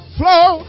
flow